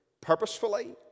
purposefully